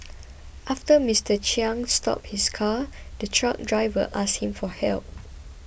after Mister Chiang stopped his car the truck driver asked him for help